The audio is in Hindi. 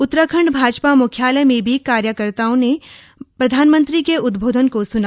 उत्तराखंड भाजपा म्ख्यालय में भी कार्यकर्ताओं ने प्रधानमंत्री के उद्घबोधन को सुना